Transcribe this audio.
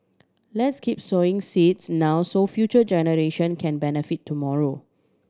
let's keep sowing seeds now so future generation can benefit tomorrow